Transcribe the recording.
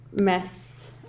mess